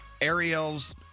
Ariel's